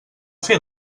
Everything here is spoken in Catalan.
fer